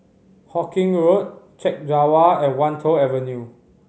Hawkinge Road Chek Jawa and Wan Tho Avenue